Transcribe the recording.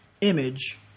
image